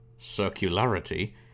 circularity